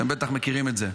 אתם בטח מכירים את זה.